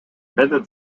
wendet